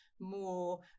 more